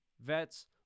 vets